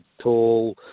tall